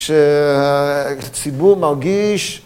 כשציבור מרגיש